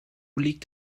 liegt